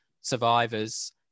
survivors